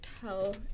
tell